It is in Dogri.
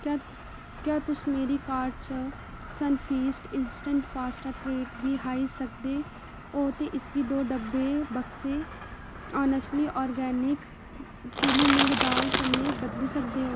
क्या त क्या तुस मेरी कार्ट चा सनफीस्ट इंस्टैंट पास्ता ट्रीट गी हाई सकदे ओ ते इसगी दो डब्बे बक्से ऑनेस्टली आर्गेनिक पीली मुंगी दाल कन्नै बदली सकदे ओ